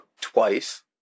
Twice